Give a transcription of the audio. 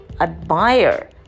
admire